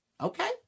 Okay